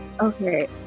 Okay